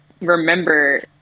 remember